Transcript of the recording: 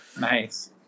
nice